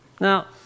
Now